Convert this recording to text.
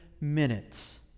minutes